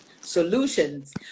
Solutions